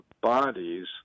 bodies